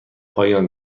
پایان